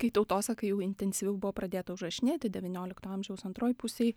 kai tautosaka jau intensyviau buvo pradėta užrašinėti devyniolikto amžiaus antroj pusėj